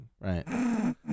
right